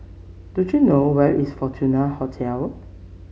do you know where is Fortuna Hotel